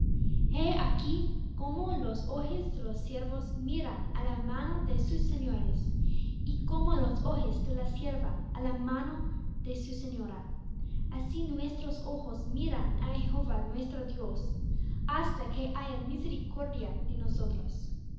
aquí como los ojos de los siervos miran á la mano de sus señores y como los ojos de la sierva á la mano de su señora así nuestros ojos miran á jehová nuestro dios hasta que haya misericordia de nosotros